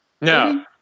No